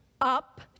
up